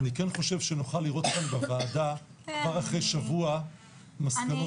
אני כן חושב שנוכל לראות בוועדה כבר אחרי שבוע מסקנות ביניים.